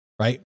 right